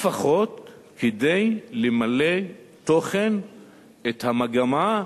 לפחות כדי למלא תוכן את המגמה,